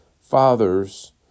father's